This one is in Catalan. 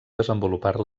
desenvolupar